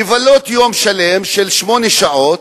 לבלות יום שלם, שמונה שעות.